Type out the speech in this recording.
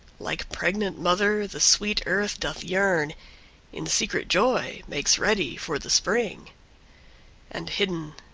like pregnant mother the sweet earth doth yearn in secret joy makes ready for the spring and hidden,